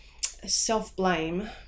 self-blame